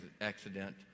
accident